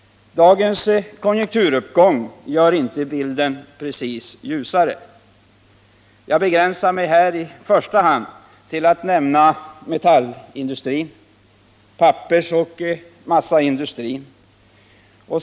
Dagens konjunkturuppgång gör inte precis bilden ljusare. Jag nämner här i första hand metallindustrin samt pappersoch massaindustrin.